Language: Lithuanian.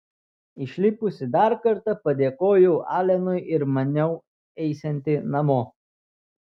išlipusi dar kartą padėkojau alenui ir maniau eisianti namo